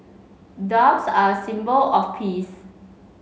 doves are a symbol of peace